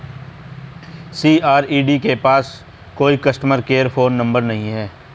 CRED के पास कोई कस्टमर केयर फोन नंबर नहीं है